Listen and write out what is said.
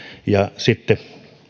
ja sitten